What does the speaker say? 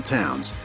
towns